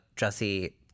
Jesse